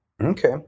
Okay